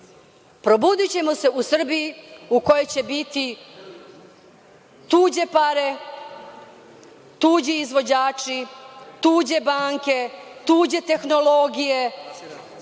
probudićemo se u Srbiji u kojoj će biti tuđe pare, tuđi izvođači, tuđe banke, tuđe tehnologije